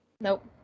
Nope